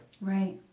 Right